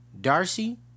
Darcy